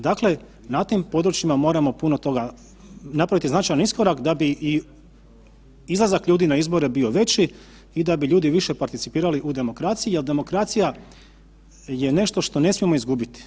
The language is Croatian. Dakle, na tim područjima moramo puno toga, napraviti značajan iskorak da bi i izlazak ljudi na izbore bio veći i da bi ljudi više participirali u demokraciji jer demokracija je nešto što ne smijemo izgubiti.